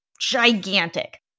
gigantic